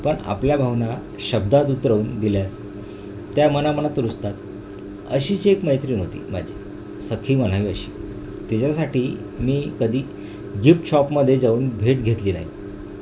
पण आपल्या भावना शब्दात उतरवून दिल्यास त्या मनामनात रुजतात अशीच एक मैत्रीण होती माझी सखी म्हणावी अशी तिच्यासाठी मी कधी गिफ्ट शॉपमध्ये जाऊन भेट घेतली नाही